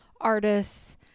artists